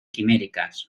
quiméricas